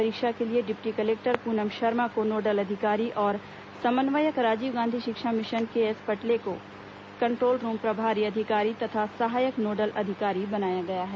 परीक्षा के लिए डिप्टी कलेक्टर पूनम शर्मा को नोडल अधिकारी और समन्वयक राजीव गांधी शिक्षा मिशन केएस पटले को कंट्रोल रूम प्रभारी अधिकारी तथा सहायक नोडल अधिकारी बनाया गया है